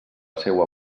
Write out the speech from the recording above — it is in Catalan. seua